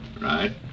Right